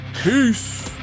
Peace